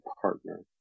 partner